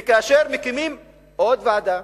וכאשר מקימים עוד ועדה,